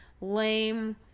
lame